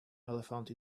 elephant